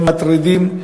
הם מטרידים.